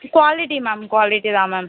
quality ma'am quality தான் ma'am